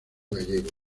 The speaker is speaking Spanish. gallego